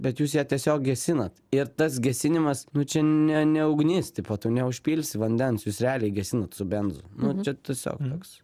bet jūs ją tiesiog gesinat ir tas gesinimas nu čia ne ne ugnis tipo tu neužpilsi vandens jūs realiai gesinat su benzu nu čia tiesiog toks